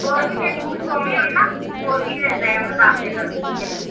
ਹੋਰ ਵੀ ਜੇ ਸੂਟ ਸਿਲਾਉਣੇ ਹੋਏ ਨਾ ਹੋਰ ਵੀ ਲੈ ਆਉਣਾ ਦੱਸ ਦੇਣਾ ਮੈਨੂੰ